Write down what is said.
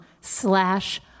slash